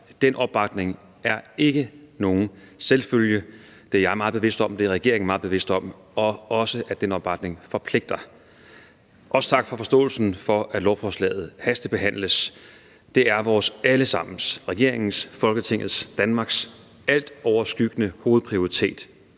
Den opbakning er ikke nogen selvfølge. Det er jeg meget bevidst om, det er regeringen meget bevidst om, og også at den opbakning forpligter. Også tak for forståelsen for, at lovforslaget hastebehandles. Det er vores alle sammens – regeringens, Folketingets, Danmarks – altoverskyggende hovedprioritet